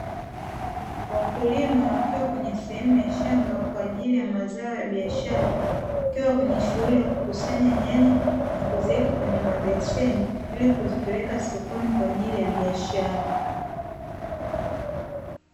Wakulima wakiwa kwenye sehemu ya shamba kwa ajili ya mazao ya biashara, wakiwa kwenye shughuli ya kukusanya nyanya na kuziweka kwenye mabeseni ili kuzipeleka sokoni kwa ajili ya biashara.